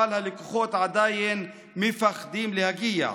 אבל הלקוחות עדיין מפחדים להגיע.